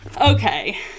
Okay